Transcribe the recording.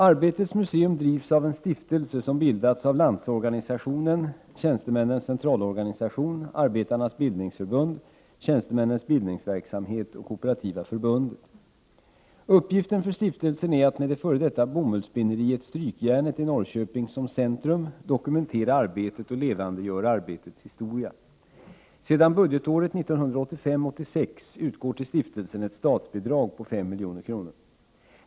Arbetets museum drivs av en stiftelse som bildats av LO, TCO, ABF, TBV och KF. Uppgiften för stiftelsen är att med det f.d. bomullsspinneriet Strykjärnet i Norrköping som centrum dokumetitera arbetet och levandegöra arbetets historia. Sedan budgetåret 1985/86 utgår till stiftelsen ett statsbidrag på 5 milj.kr.